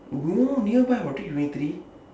no nearby [what] take twenty three